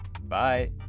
bye